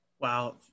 Wow